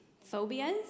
phobias